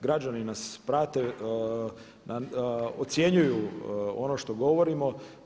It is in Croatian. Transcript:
Građani nas prate, ocjenjuju ono što govorimo.